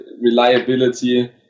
reliability